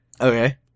Okay